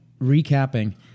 recapping